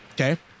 Okay